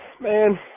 Man